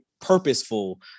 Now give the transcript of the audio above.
purposeful